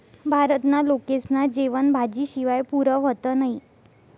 भारतना लोकेस्ना जेवन भाजी शिवाय पुरं व्हतं नही